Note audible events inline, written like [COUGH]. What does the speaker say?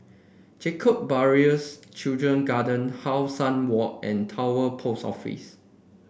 Jacob Ballas Children Garden How Sun Walk and [UNINTELLIGIBLE] Post Office